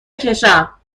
بکشم